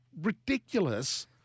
ridiculous